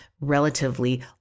relatively